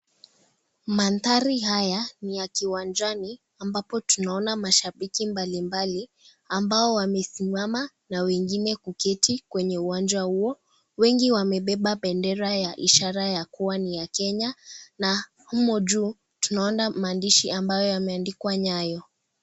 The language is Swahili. Mandhari haya ni ya kiwanjani, ambapo tunaona mashabiki mbalimbali ambao wamesimama na wengine kuketi kwenye uwanja huo. Wengi wamebeba bendera ya ishara ya kuwa ni ya Kenya na humo juu tunaona maandishi ambayo yameandikwa Nyayo.